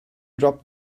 dropped